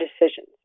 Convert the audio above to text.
decisions